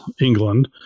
England